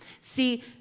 See